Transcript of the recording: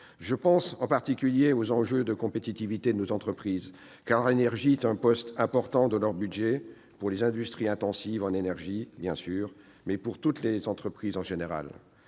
Je pense en particulier aux enjeux de compétitivité de nos entreprises, car l'énergie est un poste important de leur budget, pour les industries intensives en énergie, bien sûr, mais pour toutes les entreprises en général.